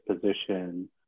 position